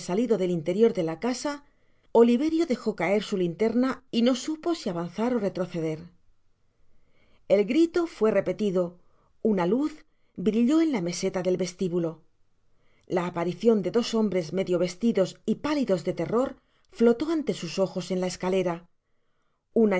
del interior de la casa oliverio dejo caer su linterna y no supo si avanzar ó retroceder el grito fué repetido una luz brilló en la meseta del vestibulo la aparicion de dos hombres medio vestidos y pálidos de terror flotó ante sus ojos en la escalera